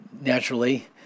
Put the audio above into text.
naturally